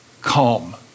calm